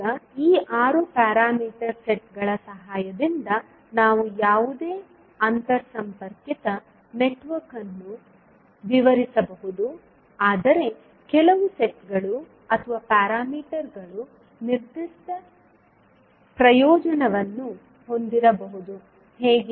ಈಗ ಈ 6 ಪ್ಯಾರಾಮೀಟರ್ ಸೆಟ್ಗಳ ಸಹಾಯದಿಂದ ನಾವು ಯಾವುದೇ ಅಂತರ್ಸಂಪರ್ಕಿತ ನೆಟ್ವರ್ಕ್ ಅನ್ನು ವಿವರಿಸಬಹುದು ಆದರೆ ಕೆಲವು ಸೆಟ್ಗಳು ಅಥವಾ ಪ್ಯಾರಾಮೀಟರ್ಗಳು ನಿರ್ದಿಷ್ಟ ಪ್ರಯೋಜನವನ್ನು ಹೊಂದಿರಬಹುದು ಹೇಗೆ